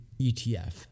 ETF